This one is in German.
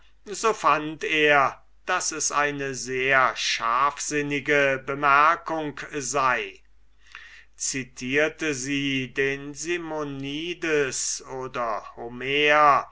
so fand er daß es eine sehr scharfsinnige bemerkung sei citierte sie den simonides oder homer